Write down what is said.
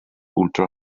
ultra